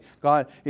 God